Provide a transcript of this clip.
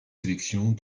sélections